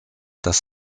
das